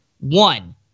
One—